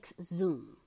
zoom